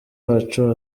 wacu